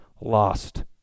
lost